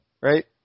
right